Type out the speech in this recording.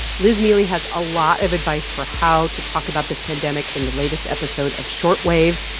liz neeley has a lot of advice for how to talk about this pandemic in the latest episode of short wave.